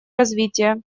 развития